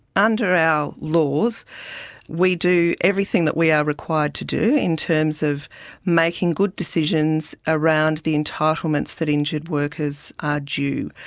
under our laws we do everything that we are required to do in terms of making good decisions around the entitlements that injured workers are due.